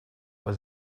was